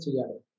together